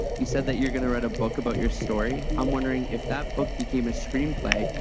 you said that you're gonna write a book about your story. i'm wondering, if that book became a screenplay,